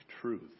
truth